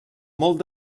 molt